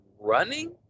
running